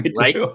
right